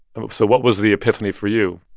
so what was the epiphany for you?